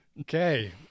Okay